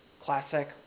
classic